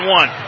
one